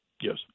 Yes